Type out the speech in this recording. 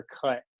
cut